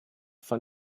von